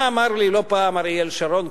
מה אמר לי לא פעם אריאל שרון,